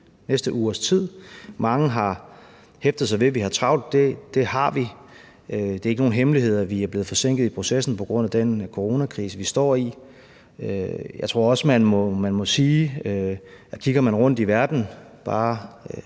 næste ugers tid. Mange har hæftet sig ved, at vi har travlt. Det har vi, det er ikke nogen hemmelighed, at vi er blevet forsinket i processen på grund af den coronakrise, vi står i. Jeg tror også, jeg må sige, at hvis jeg kigger rundt i verden eller